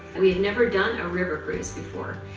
we'd never done a river cruise before.